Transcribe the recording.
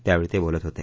त्यावेळी ते बोलत होते